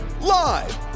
live